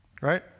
right